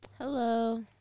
Hello